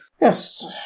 Yes